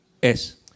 es